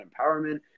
empowerment